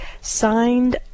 signed